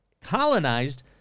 colonized